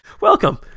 Welcome